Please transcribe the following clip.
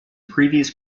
previous